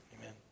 Amen